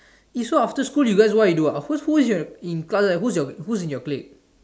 eh so after school you guys what you guys do ah in class who's who's in your clique